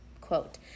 quote